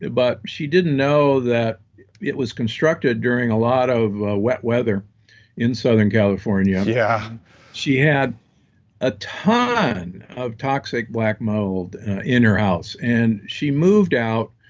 but she didn't know that it was constructed during a lot of wet weather in southern california yeah she had a ton of toxic black mold in her house, and she moved out,